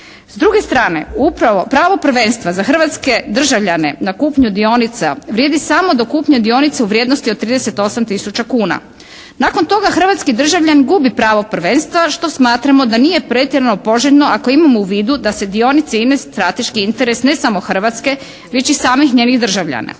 S druge strane, upravo pravo prvenstva za hrvatske državljane na kupnju dionica vrijedi samo do kupnje dionica u vrijednosti do 38 tisuća kuna. Nakon toga hrvatski državljanin gubi pravo prvenstva, što smatramo da nije pretjerano poželjno ako imamo u vidu da se dionice INA-e strateški interes ne samo Hrvatske već i samih njenih državljana.